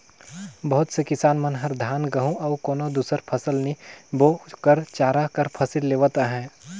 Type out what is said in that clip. बहुत से किसान मन हर धान, गहूँ अउ कोनो दुसर फसल नी बो कर चारा कर फसल लेवत अहे